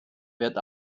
wird